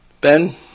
Ben